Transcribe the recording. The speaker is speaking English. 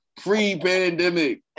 pre-pandemic